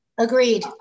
Agreed